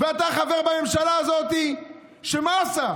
ואתה חבר בממשלה הזאת שמה עושה?